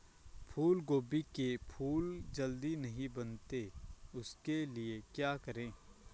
फूलगोभी के फूल जल्दी नहीं बनते उसके लिए क्या करें?